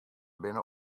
binne